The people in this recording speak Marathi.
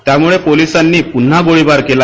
त्यामुळे पोलिसांनी प्न्हा गोळीबार केला